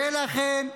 ולכן,